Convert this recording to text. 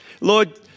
Lord